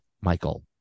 Michael